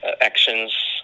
actions